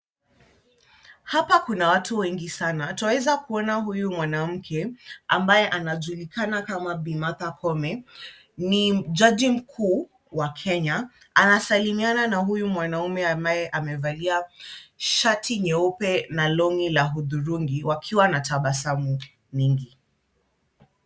Hapa kuna watu wengi sana. Twaeza kuona huyu mwanamke ambaye anajulikana kama Bi. Martha Koome, ni Jaji mkuu wa Kenya anasalimiana na huyu mwanaume ambaye amevalia shati nyeupe na long'i la hudhurungi wakiwa na tabasamu mingi.